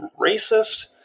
racist